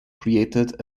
created